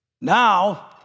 Now